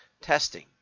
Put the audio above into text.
testing